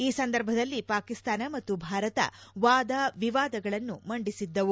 ಈ ಸಂದರ್ಭದಲ್ಲಿ ಪಾಕಿಸ್ತಾನ ಮತ್ತು ಭಾರತ ವಾದ ವಿವಾದಗಳನ್ನು ಮಂಡಿಸಿದ್ದವು